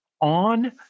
on